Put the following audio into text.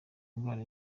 ndwara